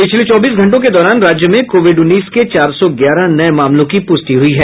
पिछले चौबीस घंटों के दौरान राज्य में कोविड उन्नीस के चार सौ ग्यारह नये मामलों की पुष्टि हुई है